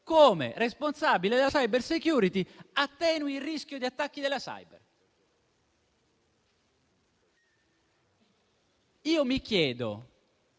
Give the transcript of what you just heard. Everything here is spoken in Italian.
come responsabile della *cybersecurity* attenui il rischio di attacchi *cyber*. Mi chiedo